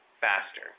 faster